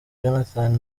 jonathan